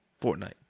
Fortnite